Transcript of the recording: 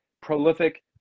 prolific